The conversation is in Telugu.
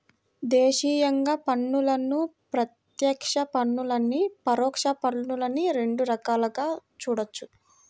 దేశీయంగా పన్నులను ప్రత్యక్ష పన్నులనీ, పరోక్ష పన్నులనీ రెండు రకాలుగా చూడొచ్చు